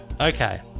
Okay